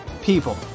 people